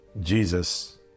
Jesus